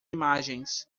imagens